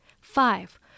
Five